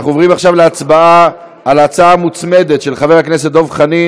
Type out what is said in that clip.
אנחנו עכשיו עוברים להצבעה על, רגע, אדוני,